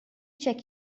check